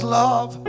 love